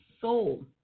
soul